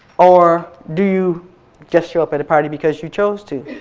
or do you just show up at a party because you chose to?